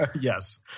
Yes